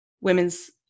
women's